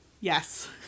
Yes